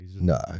No